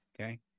Okay